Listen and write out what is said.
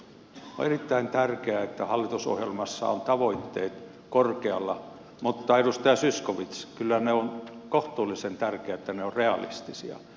on erittäin tärkeää että hallitusohjelmassa on tavoitteet korkealla mutta edustaja zyskowicz kyllä on kohtuullisen tärkeää että ne ovat realistisia